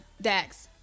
Dax